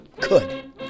Good